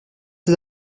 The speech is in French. ses